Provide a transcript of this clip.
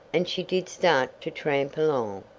and she did start to tramp along.